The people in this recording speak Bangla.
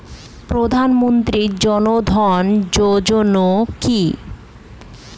প্রধানমন্ত্রী জনধন যোজনা কি?